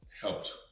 helped